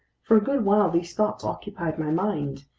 for a good while these thoughts occupied my mind,